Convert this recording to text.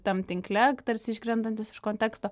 tam tinkle tarsi iškrentantis iš konteksto